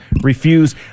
refuse